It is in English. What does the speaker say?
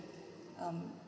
um